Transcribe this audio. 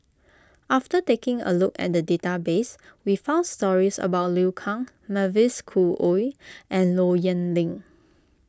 after taking a look at the database we found stories about Liu Kang Mavis Khoo Oei and Low Yen Ling